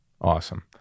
awesome